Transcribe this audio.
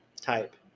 type